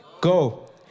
Go